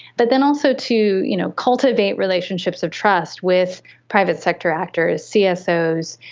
but then also to you know cultivate relationships of trust with private sector actors, csos,